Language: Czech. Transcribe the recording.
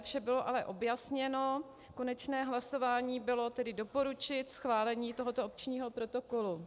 Vše ale bylo objasněno, konečné hlasování bylo doporučit schválení tohoto opčního protokolu.